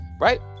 right